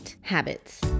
habits